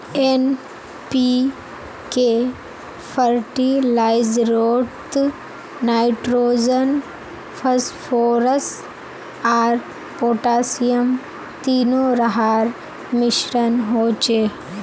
NPK फ़र्टिलाइज़रोत nitrogen, phosphorus आर potassium तीनो रहार मिश्रण होचे